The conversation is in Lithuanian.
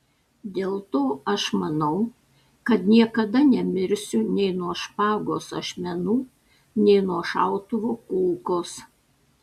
dėl to aš manau kad niekada nemirsiu nei nuo špagos ašmenų nei nuo šautuvo kulkos